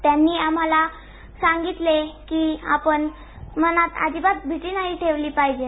त्यांनी आम्हाला सांगितले कि आपण मनात अजिबात भीती नाही ठेवली पाहिजे